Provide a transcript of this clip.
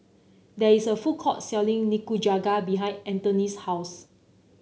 there is a food court selling Nikujaga behind Antone's house